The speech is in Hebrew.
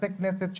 בתי כנסת,